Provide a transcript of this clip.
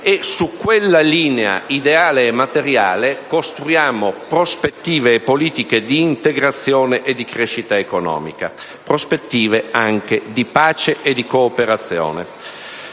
e su quella linea ideale e materiale costruiamo prospettive e politiche di integrazione, crescita economica, di pace e di cooperazione.